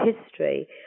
history